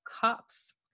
cops